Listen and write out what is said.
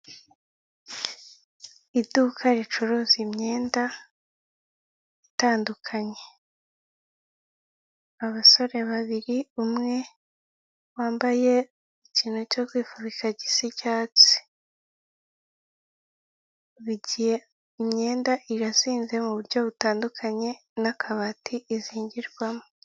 Iduka ricuruza imyenda itandukanye abasore babiri umwe wambaye ikintu cyo kwifubika gisa icyatsi, bigiye imyenda irazinze n'akabati izingirwamo.